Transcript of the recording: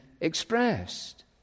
expressed